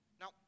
Now